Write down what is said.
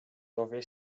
dowie